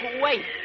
Wait